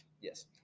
Yes